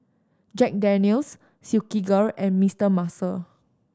Jack Daniel's Silkygirl and Mister Muscle